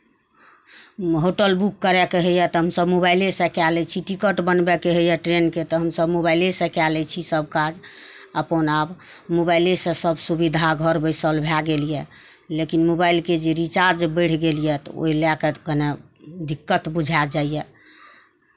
hotel book करयके होइए तऽ हमसभ मोबाइलेसँ कए लै छी टिकट बनबैके होइए ट्रेनके तऽ हमसभ मोबाइलेसँ कए लै छी सभ काज अपन आब मोबाइलेसँ सभ सुविधा घर बैसल भए गेल यए लेकिन मोबाइलके जे रिचार्ज बढ़ि गेल यए तऽ ओहि लए कऽ कनेक दिक्कत बुझाए जाइए